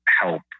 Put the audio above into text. help